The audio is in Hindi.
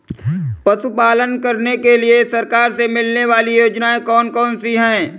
पशु पालन करने के लिए सरकार से मिलने वाली योजनाएँ कौन कौन सी हैं?